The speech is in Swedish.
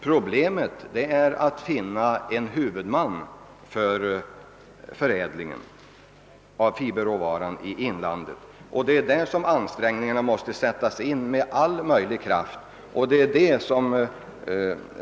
Problemet är att finna en huvudman för förädlingen av fiberråvaran i inlandet. Det är på den punkten ansträngningarna måste sättas in med all möjlig kraft.